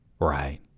Right